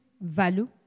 value